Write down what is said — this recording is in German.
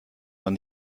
man